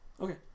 Okay